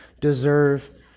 deserve